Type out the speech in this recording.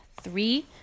three